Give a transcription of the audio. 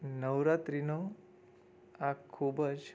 નવરાત્રિનો આ ખૂબ જ